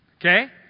Okay